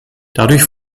dadurch